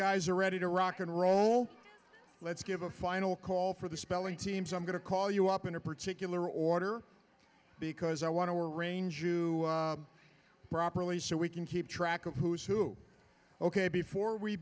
guys are ready to rock and roll let's give a final call for the spelling teams i'm going to call you up in a particular order because i want to arrange you properly so we can keep track of who's who ok before we